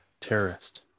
Terrorist